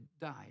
died